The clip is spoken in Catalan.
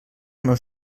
meus